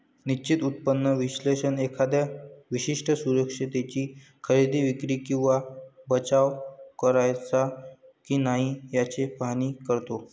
निश्चित उत्पन्न विश्लेषक एखाद्या विशिष्ट सुरक्षिततेची खरेदी, विक्री किंवा बचाव करायचा की नाही याचे पाहणी करतो